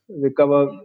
recover